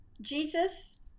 jesus